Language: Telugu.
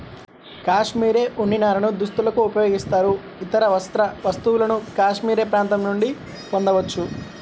కాష్మెరె ఉన్ని నారను దుస్తులకు ఉపయోగిస్తారు, ఇతర వస్త్ర వస్తువులను కాష్మెరె ప్రాంతం నుండి పొందవచ్చు